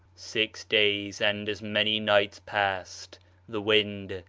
six days and as many nights passed the wind,